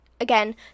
again